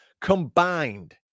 Combined